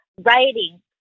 writing